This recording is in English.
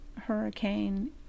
hurricane